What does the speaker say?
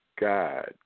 God